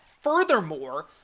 furthermore